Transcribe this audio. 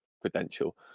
credential